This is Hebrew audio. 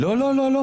לא, לא, לא.